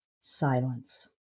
Silence